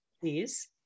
Please